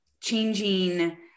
changing